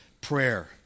Prayer